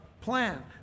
plan